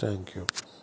thank you